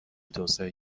توسعه